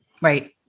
right